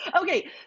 Okay